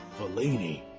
Fellini